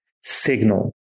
signal